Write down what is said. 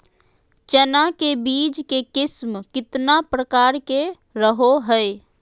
चना के बीज के किस्म कितना प्रकार के रहो हय?